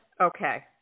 Okay